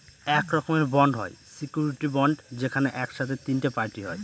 এক রকমের বন্ড হয় সিওরীটি বন্ড যেখানে এক সাথে তিনটে পার্টি হয়